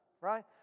right